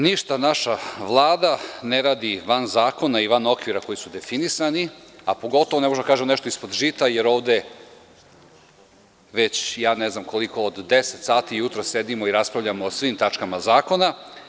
Ništa naša Vlada ne radi van zakona i van okvira koji su definisani, a pogotovo ne možemo da kažemo nešto ispod žita jer ovde već, ja ne znam koliko, od deset sati jutros sedimo i raspravljamo o svim tačkama zakona.